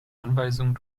anweisungen